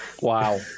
wow